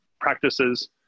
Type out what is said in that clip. practices